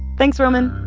thanks, roman